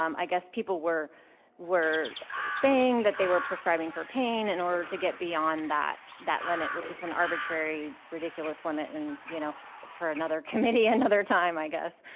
um i guess, people were were saying that they were prescribing for pain in order to get beyond that that limit, which is an arbitrary, ridiculous limit, and you know for another committee another time, i guess.